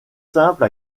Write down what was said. simple